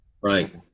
right